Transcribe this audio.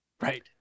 Right